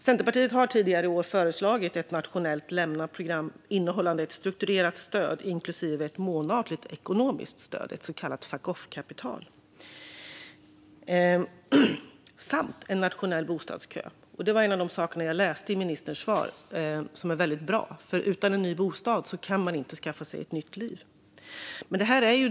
Centerpartiet har tidigare i år föreslagit ett nationellt lämnaprogram innehållande ett strukturerat stöd inklusive ett månatligt ekonomiskt stöd, ett så kallat fuck off-kapital, samt en nationell bostadskö. Det var en av de saker jag hörde i ministerns svar som är väldigt bra, för utan en ny bostad kan man inte skaffa sig ett nytt liv.